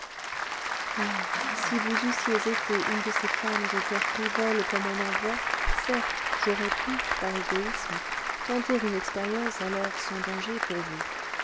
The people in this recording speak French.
si vous eussiez été une de ces femmes au coeur frivole comme on en voit certes j'aurais pu par égoïsme tenter une expérience alors sans danger pour vous